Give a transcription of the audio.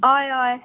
ऑय ऑय